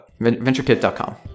VentureKit.com